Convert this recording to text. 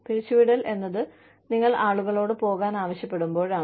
പിരിച്ചുവിടൽ എന്നത് നിങ്ങൾ ആളുകളോട് പോകാൻ ആവശ്യപ്പെടുമ്പോഴാണ്